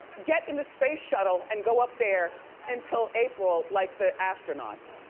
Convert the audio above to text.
get in the space shuttle and go up there until april like the astronauts.